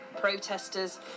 protesters